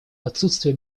отсутствия